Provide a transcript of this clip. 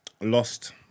lost